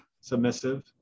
submissive